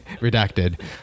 Redacted